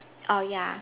oh ya